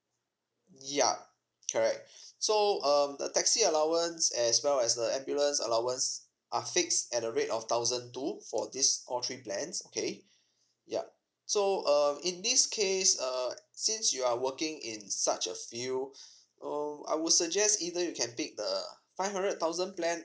yup correct so um the taxi allowance as well as the ambulance allowance are fixed at the rate of thousand two for these all three plans okay yup so um in this case uh since you are working in such a field uh I would suggest either you can pick the five hundred thousand plan